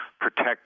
protect